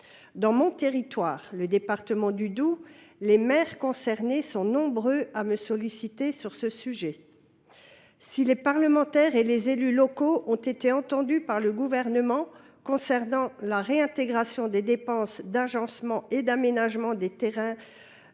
Dans le territoire dont je suis élue, le Doubs, les maires concernés sont nombreux à me solliciter sur ce sujet. Si les parlementaires et les élus locaux ont été entendus par le Gouvernement pour ce qui concerne la réintégration des dépenses d’agencement et d’aménagement de terrains